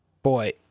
boy